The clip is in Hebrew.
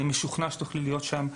אני משוכנע שתוכלי להיות שם,